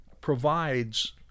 provides